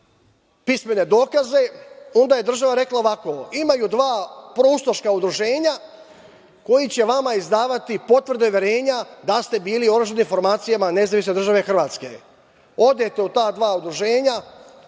pismene dokaze, onda je država rekla ovako – imaju dva proustaška udruženja koji će vama izdavati potvrde i uverenja da ste bili u oružanim formacijama Nezavisne države Hrvatske. Odete u ta dva udruženja,